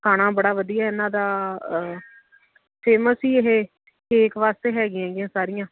ਖਾਣਾ ਬੜਾ ਵਧੀਆ ਇਹਨਾਂ ਦਾ ਫੇਮਸ ਹੀ ਇਹ ਕੇਕ ਵਾਸਤੇ ਹੈਗੀਆਂ ਸਾਰੀਆਂ